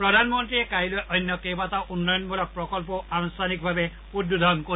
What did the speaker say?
প্ৰধানমন্ত্ৰীয়ে কাইলৈ ৰাজ্যখনত অন্য কেইবাটাও উন্নয়ণমূলক প্ৰকন্প আনুষ্ঠানিকভাবে উদ্বোধন কৰিব